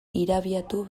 irabiatu